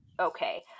Okay